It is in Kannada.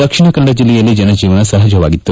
ದಕ್ಷಿಣ ಕನ್ನಡ ಜಿಲ್ಲೆಯಲ್ಲಿ ಜನಜೀವನ ಸಹಜವಾಗಿತ್ತು